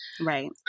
right